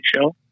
Show